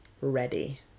ready